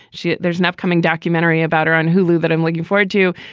she there's an upcoming documentary about her on hulu that i'm looking forward to,